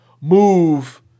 move